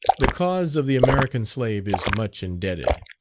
the cause of the american slave is much indebted.